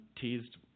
teased